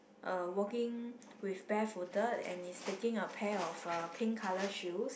uh walking with barefooted and is taking a pair of uh pink colour shoes